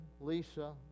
Lisa